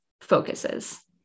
focuses